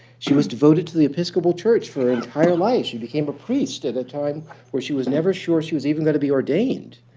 she was devoted to the episcopal church for her entire life. she became a priest at a time where she was never sure she was even going to be ordained.